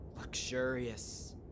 luxurious